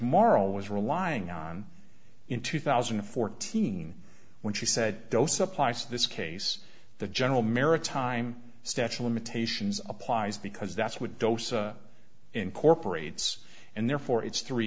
moral was relying on in two thousand and fourteen when she said those applies to this case the general maritime statue limitations applies because that's what dosa incorporates and therefore it's three